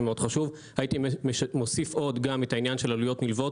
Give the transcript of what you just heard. הייתי מוסיף את העניין של עלויות נלוות,